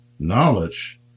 knowledge